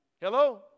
Hello